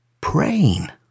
praying